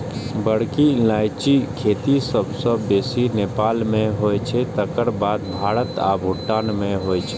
बड़की इलायचीक खेती सबसं बेसी नेपाल मे होइ छै, तकर बाद भारत आ भूटान मे होइ छै